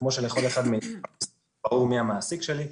וכמו שלכל אחד מאתנו ברור מי המעסיק שלי,